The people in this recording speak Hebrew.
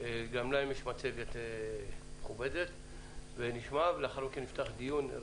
וגם להם יש מצגת מכובדת, ואחר כך נפתח דיון.